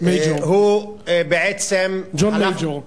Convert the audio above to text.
הוא בעצם, ג'ון מייג'ור.